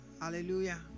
hallelujah